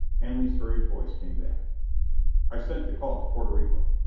hanley's hurried voice came back i've sent the call to porto rico.